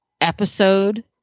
episode